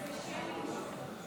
תפרגן לו קריאה ראשונה, מה אכפת לך?